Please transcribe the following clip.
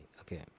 Okay